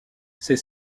ces